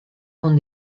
con